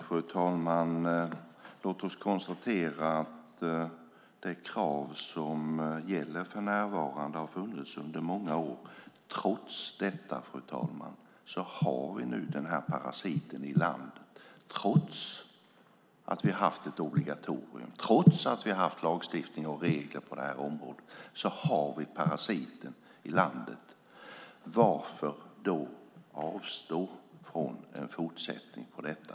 Fru talman! Låt oss konstatera att det krav som gäller för närvarande har funnits under många år. Trots det har vi nu denna parasit i landet. Trots att vi har haft ett obligatorium och trots att vi har haft lagstiftning och regler på detta område har vi parasiten i landet. Varför ska vi då avstå från en fortsättning på detta?